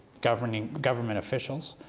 government government officials,